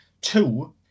Two